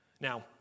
Now